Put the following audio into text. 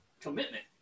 commitment